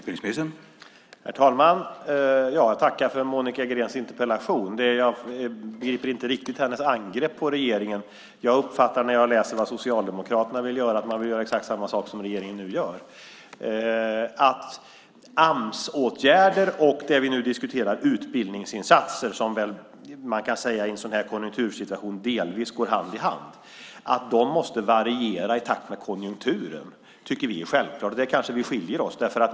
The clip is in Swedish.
Herr talman! Jag tackar för Monica Greens interpellation. Jag begriper inte riktigt hennes angrepp på regeringen. När jag läser vad Socialdemokraterna vill göra uppfattar jag det så att de vill göra samma saker som regeringen nu gör. Amsåtgärderna och det vi nu diskuterar, utbildningsinsatser, som man kan säga i en sådan här konjunktursituation delvis går hand i hand, måste variera i takt med konjunkturen. Det tycker vi är självklart. Där kanske vi skiljer oss åt.